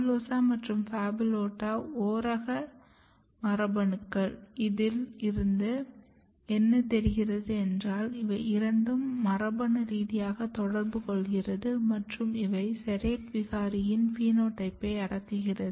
PHABULOSA மற்றும் PHABULOTA ஓரக மரபணுக்கள் இதில் இருந்து என்ன தெரிகிறது என்றல் இவை இரண்டும் மரபாணு ரீதியாக தொடர்பு கொள்கிறது மற்றும் இவை SERRATE விகாரியின் பினோடைப்பை அடக்குகிறது